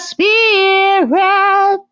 Spirit